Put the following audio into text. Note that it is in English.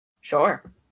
Sure